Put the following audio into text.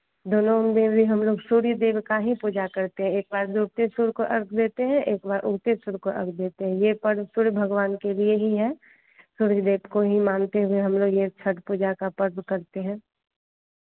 दोनो हमलोग सूर्य देव का ही पूजा करते हैं एक बार डूबते सूर्य को अर्घ्य देते हैं एकबार उगते सूर्य को अर्घ्य देते हैं ये पर्व सूर्य भगवान के लिए ही है सूर्य देव को ही मानते हुए हमलोग ये छठ पूजा का पर्व करते हैं